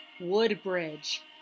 Woodbridge